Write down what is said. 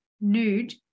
nude